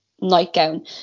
nightgown